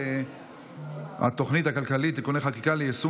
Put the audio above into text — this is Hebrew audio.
חוק התוכנית הכלכלית (תיקוני חקיקה ליישום